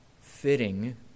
fitting